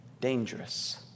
dangerous